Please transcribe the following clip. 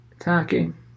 attacking